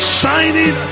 shining